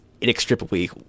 inextricably